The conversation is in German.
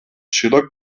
schiller